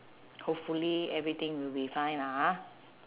hopefully everything will be fine lah ha